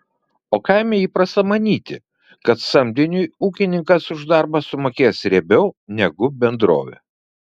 o kaime įprasta manyti kad samdiniui ūkininkas už darbą sumokės riebiau negu bendrovė